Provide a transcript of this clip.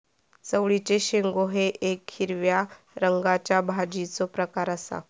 चवळीचे शेंगो हे येक हिरव्या रंगाच्या भाजीचो प्रकार आसा